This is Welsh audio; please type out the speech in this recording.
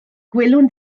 gwelwn